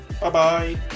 Bye-bye